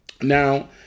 Now